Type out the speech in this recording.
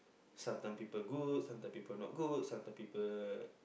sometime people good sometime people not good sometime people